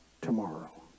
tomorrow